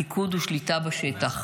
פיקוד ושליטה בשטח.